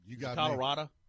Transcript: Colorado